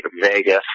Vegas